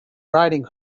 riding